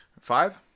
five